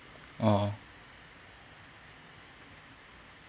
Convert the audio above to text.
oh